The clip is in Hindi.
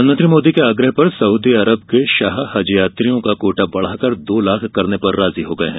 प्रधानमंत्री मोदी के आग्रह पर सऊदी अरब के शाह हज यात्रियों का कोटा बढ़ाकर दो लाख करने पर राजी हो गए हैं